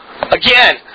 again